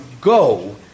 go